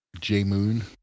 J-Moon